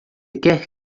quer